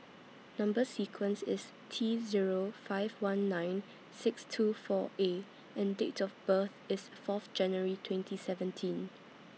Number sequence IS T Zero five one nine six two four A and Date of birth IS Fourth January twenty seventeen